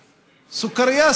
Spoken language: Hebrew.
סוכרייה,